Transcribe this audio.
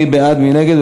מי בעד, מי נגד?